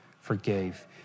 forgave